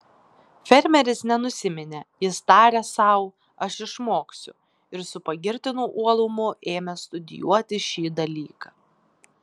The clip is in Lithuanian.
fermeris nenusiminė jis tarė sau aš išmoksiu ir su pagirtinu uolumu ėmė studijuoti šį dalyką